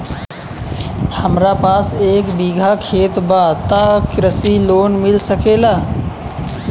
हमरा पास एक बिगहा खेत बा त कृषि लोन मिल सकेला?